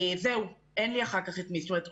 וזהו, אין להם אחר כך מישהי אחרת.